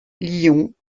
lyon